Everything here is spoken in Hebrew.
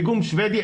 פיגום שבדי,